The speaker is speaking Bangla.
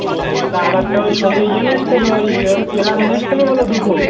ওহো তা আরেকটা ওই সঙ্গে ইয়ে নিয়ে আসতে হবে ওই একটা প্লাগ নিয়ে আসতে হবে বললো দুটো